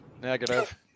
Negative